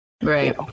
Right